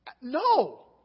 No